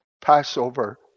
Passover